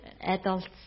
adults